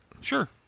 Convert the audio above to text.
Sure